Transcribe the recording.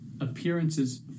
appearances